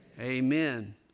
amen